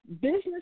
business